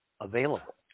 available